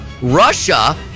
russia